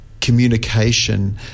communication